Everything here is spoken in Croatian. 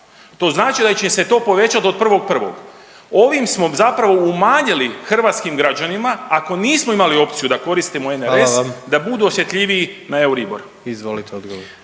to znači da će im se to povećat od 1.1.. Ovim smo zapravo umanjili hrvatskim građanima ako nismo imali opciju da koristimo NRS da budu osjetljiviji na Euribor. **Jandroković,